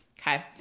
Okay